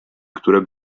które